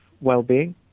well-being